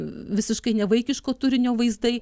visiškai nevaikiško turinio vaizdai